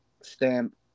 stamp